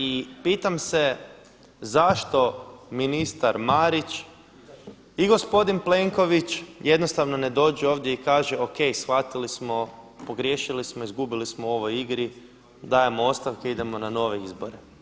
I pitam se zašto ministar Marić i gospodin Plenković jednostavno ne dođu ovdje i kaže o.k. shvatili smo, pogriješili smo, izgubili smo u ovoj igri, dajemo ostavke, idemo na nove izbore.